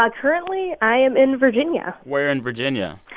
ah currently, i am in virginia where in virginia?